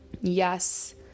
yes